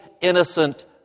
innocent